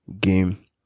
game